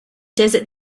desert